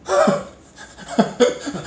we all have moral and ethics already [what]